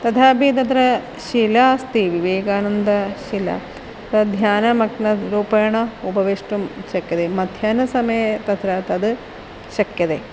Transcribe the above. तथापि तत्र शिला अस्ति विवेकानन्दशिला त ध्यानमग्नरूपेण उपवेष्टुं शक्यते मध्याह्नसमये तत्र तद् शक्यते